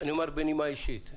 אני אומר בנימה אישית: